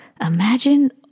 imagine